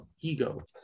ego